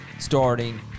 starting